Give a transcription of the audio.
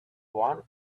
one